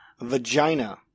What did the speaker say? Vagina